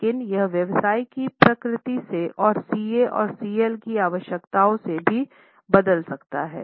लेकिन यह व्यवसाय की प्रकृति से और सीए और सीएल की विशेषताओ से भी बदल सकता है